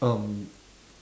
um